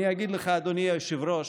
אני אגיד לך, אדוני היושב-ראש,